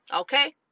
okay